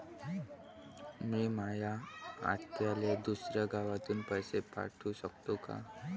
मी माया आत्याले दुसऱ्या गावातून पैसे पाठू शकतो का?